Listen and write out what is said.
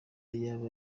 yaba